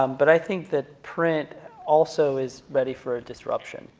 um but i think that print also is ready for a disruption.